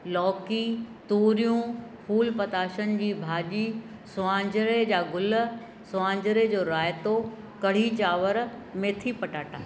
लौकी तुरियूं फुल पताशनि जी भाॼी स्वांजरे जा गुल स्वांजरे जो रायतो कढ़ी चांवर मेथी पटाटा